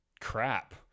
crap